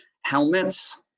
helmets